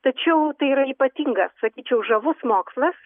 tačiau tai yra ypatingas sakyčiau žavus mokslas